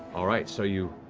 all right, so you